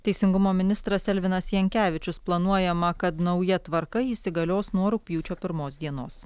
teisingumo ministras elvinas jankevičius planuojama kad nauja tvarka įsigalios nuo rugpjūčio pirmos dienos